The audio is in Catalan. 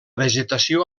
vegetació